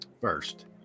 First